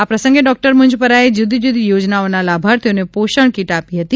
આ પ્રસંગે ડોક્ટર મુંજપરાએ જુદી જુદી યોજનાઓના લાભાર્થીઓને પોષણ કીટ આપી હતી